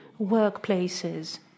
workplaces